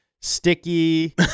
sticky